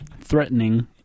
Threatening